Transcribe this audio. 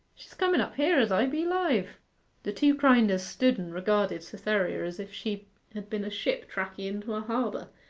she's comen up here, as i be alive the two grinders stood and regarded cytherea as if she had been a ship tacking into a harbour,